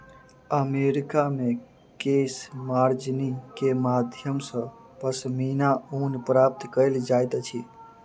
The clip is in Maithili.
अमेरिका मे केशमार्जनी के माध्यम सॅ पश्मीना ऊन प्राप्त कयल जाइत अछि